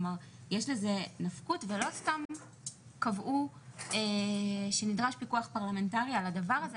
יש לזה נפקות ולא סתם קבעו שנדרש פיקוח פרלמנטרי על הדבר הזה.